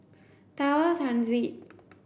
Tower Transit